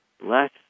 less